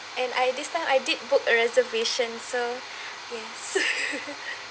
and I this time I did book a reservation so yes